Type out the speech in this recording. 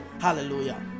hallelujah